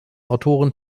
autoren